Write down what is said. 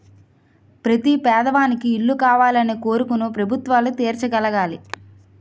ప్రతి పేదవానికి ఇల్లు కావాలనే కోరికను ప్రభుత్వాలు తీర్చగలగాలి